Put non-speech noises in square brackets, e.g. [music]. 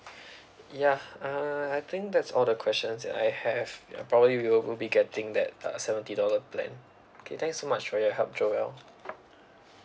[breath] ya uh I think that's all the questions that I have ya probably we will be getting that uh seventy dollar plan okay thanks so much for your help joel